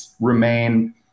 remain